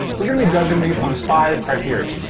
we're gonna be judging these on five criteria.